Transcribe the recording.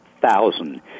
thousand